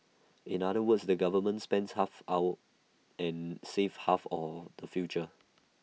in other words the government spends half our and saves half or the future